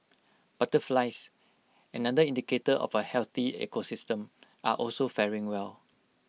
butterflies another indicator of A healthy ecosystem are also faring well